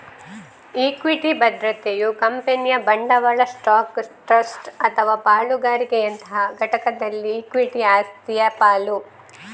equity ಭದ್ರತೆಯು ಕಂಪನಿಯ ಬಂಡವಾಳ ಸ್ಟಾಕ್, ಟ್ರಸ್ಟ್ ಅಥವಾ ಪಾಲುದಾರಿಕೆಯಂತಹ ಘಟಕದಲ್ಲಿ ಇಕ್ವಿಟಿ ಆಸಕ್ತಿಯ ಪಾಲು